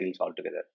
altogether